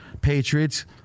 Patriots